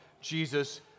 Jesus